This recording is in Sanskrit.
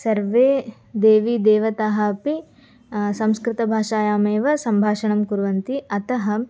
सर्वे देवीदेवताः अपि संस्कृतभाषायामेव सम्भाषणं कुर्वन्ति अतः